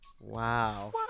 Wow